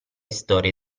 storie